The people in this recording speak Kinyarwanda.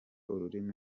ururimi